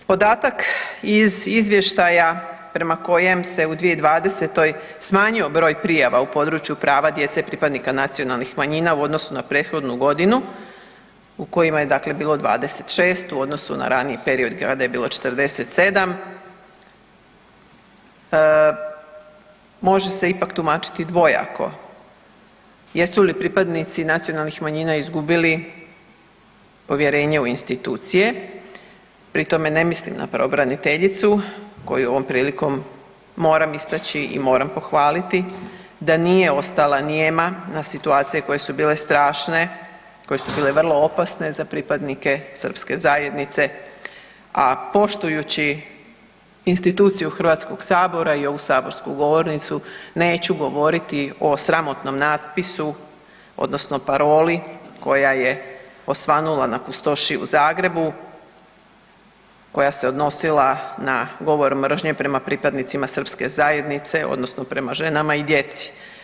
Podatak iz izvještaja prema kojem se u 2020. smanjio broj prijava u području prava djece pripadnika nacionalnih manjina u odnosu na prethodnu godinu u kojima je bilo dakle 26 u odnosu na raniji period kada je bilo 47, može se ipak tumačiti dvojako, jesu li pripadnici nacionalnih manjina izgubili povjerenje u institucije, pri tome ne mislim na pravobraniteljicu koju ovom prilikom moram istaći i moram pohvaliti, da nije ostala nijema na situacije koje su bile strašne koje su bile vrlo opasne za pripadnike srpske zajednici, a poštujući instituciju HS-a i ovu saborsku govornicu, neću govoriti o sramotnom natpisu odnosno paroli koja je osvanula na Kustošiji u Zagrebu koja se odnosila na govor mržnje prema pripadnicima srpske zajednice odnosno prema ženama i djeci.